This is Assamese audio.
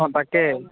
অঁ তাকে